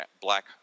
Black